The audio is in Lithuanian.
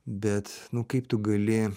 bet nu kaip tu gali